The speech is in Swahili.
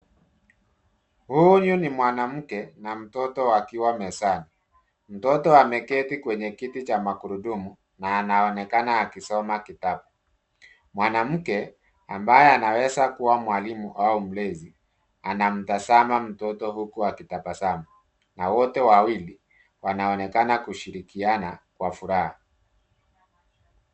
Huyu ni mwanamke na mtoto wakiwa mezani . Mtoto ameketi kwenye kiti cha magurudumu na anaonekana akisoma kitabu. Mwanamke ambaye anaweza kuwa mwalimu au mlezi anamtazama mtoto huku akitabasamu, na wote wawili wanaonekana kushirikiana kwa furaha.